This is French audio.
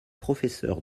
professeur